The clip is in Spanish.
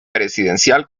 presidencial